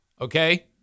Okay